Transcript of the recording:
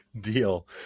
deal